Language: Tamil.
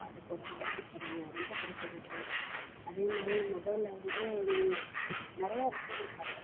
பாட்டு போட்டுகிட்டு டான்ஸ் பண்ணுவோம் ரொம்ப பிடிக்கும் எனக்கு அதே மாதிரி மொபைலில் வந்து நிறையா விஷயங்கள் பார்ப்பேன்